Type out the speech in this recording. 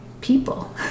people